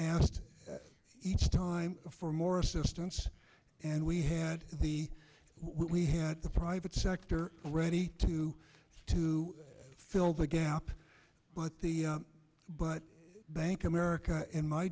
asked each time for more assistance and we had the we had the private sector ready to to fill the gap but the but bank of america in my